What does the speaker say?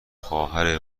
خواهر